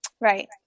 Right